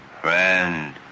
friend